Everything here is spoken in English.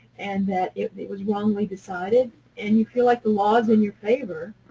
and that it was wrongly decided, and you feel like the law is in your favor,